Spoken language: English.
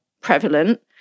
prevalent